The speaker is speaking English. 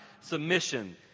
submission